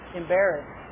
embarrassed